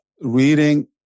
reading